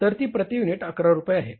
तर ती प्रती युनिट 11 रुपये आहेत